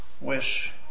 wish